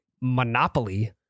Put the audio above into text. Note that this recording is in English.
monopoly